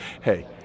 Hey